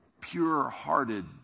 pure-hearted